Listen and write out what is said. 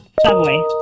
Subway